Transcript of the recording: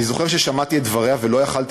אני זוכר ששמעתי את דבריה ולא יכולתי